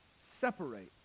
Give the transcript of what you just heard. separate